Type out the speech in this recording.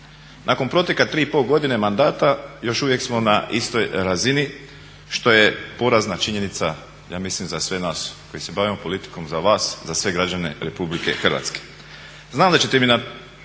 Nakon proteka 3 i pol godine mandata još uvijek smo na istoj razini što je porazna činjenica ja mislim za sve nas koji se bavimo politikom, za vas, za sve građane RH.